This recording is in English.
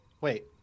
Wait